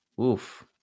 Oof